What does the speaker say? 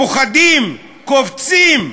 פוחדים, קופצים,